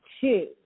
two